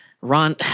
Ron –